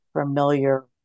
familiar